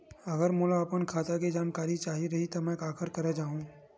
अगर मोला अपन खाता के जानकारी चाही रहि त मैं काखर करा जाहु?